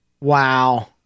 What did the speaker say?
Wow